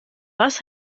was